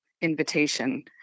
invitation